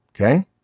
Okay